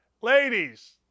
ladies